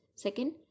Second